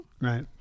Right